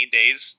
days